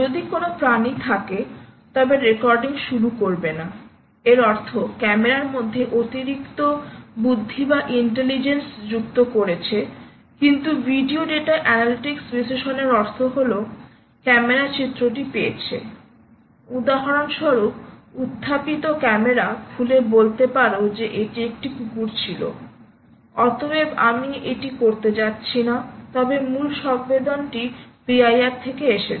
যদি কোনও প্রাণী থাকে তবে রেকর্ডিং শুরু করবে না এর অর্থ ক্যামেরার মধ্যে অতিরিক্ত বুদ্ধি যুক্ত করেছে কিছু ভিডিও ডেটা অ্যানালিটিক্স বিশ্লেষণের অর্থ হল ক্যামেরা চিত্রটি পেয়েছে উদাহরণস্বরূপ উত্থাপিত ক্যামেরা খুলে বলতে পারো যে এটি একটি কুকুর ছিল অতএব আমি এটি করতে যাচ্ছি না তবে মূল সংবেদন টি PIR থেকে এসেছে